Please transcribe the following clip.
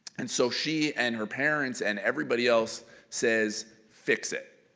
and so she and her parents and everybody else says fix it.